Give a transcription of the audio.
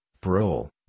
parole